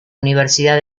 universidad